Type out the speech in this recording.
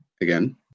again